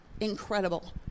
incredible